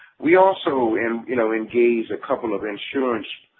we also, and you know, engaged a couple of insurance